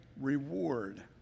reward